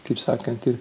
kaip sakant ir